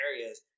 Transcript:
areas